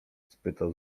spytał